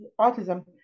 autism